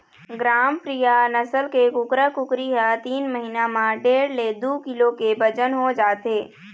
ग्रामप्रिया नसल के कुकरा कुकरी ह तीन महिना म डेढ़ ले दू किलो के बजन हो जाथे